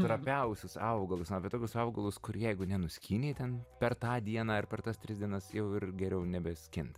trapiausius augalus na apie tokius augalus kur jeigu nenuskynei ten per tą dieną ar per tas tris dienas jau ir geriau nebeskint